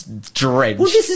drenched